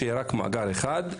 שיהיה רק מאגר אחד,